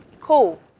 Cool